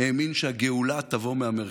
האמין שהגאולה תבוא מהמרכז.